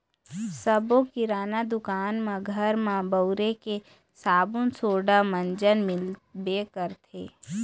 सब्बो किराना दुकान म घर म बउरे के साबून सोड़ा, मंजन मिलबे करथे